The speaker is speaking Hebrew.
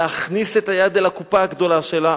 להכניס את היד אל הקופה הגדולה שלה.